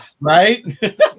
Right